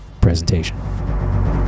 presentation